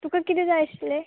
तुका कितें जाय आशिल्लें